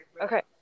Okay